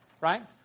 right